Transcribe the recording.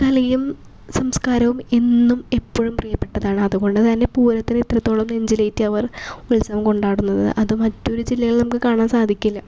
കലയും സംസ്കാരവും എന്നും എപ്പഴും പ്രിയപ്പെട്ടതാണ് അതുകൊണ്ട് തന്നെ പൂരത്തിന് എത്രത്തോളം നെഞ്ചിലേറ്റിയവർ ഉത്സവം കൊണ്ടാടുന്നത് അത് മറ്റൊരു ജില്ലയിൽ നമുക്ക് കാണാൻ സാധിക്കില്ല